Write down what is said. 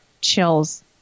chills